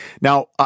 Now